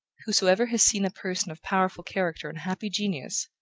whosoever has seen a person of powerful character and happy genius,